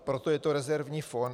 Proto je to rezervní fond.